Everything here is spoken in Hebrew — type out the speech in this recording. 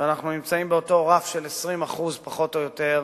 ואנחנו נמצאים באותו רף של 20%, פחות או יותר,